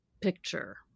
picture